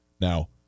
Now